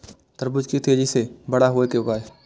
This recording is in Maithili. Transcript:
तरबूज के तेजी से बड़ा होय के उपाय?